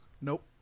Nope